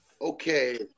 okay